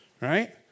right